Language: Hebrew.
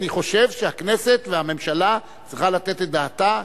אני חושב שהכנסת והממשלה צריכות לתת את דעתן,